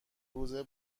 روزه